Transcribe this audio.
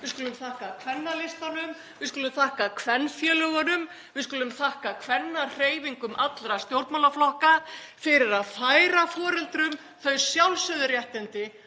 við skulum þakka Kvennalistanum, við skulum þakka kvenfélögunum, við skulum þakka kvennahreyfingum allra stjórnmálaflokka fyrir að færa foreldrum þau sjálfsögðu réttindi,